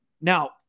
Now